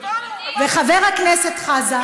וחבר הכנסת חזן,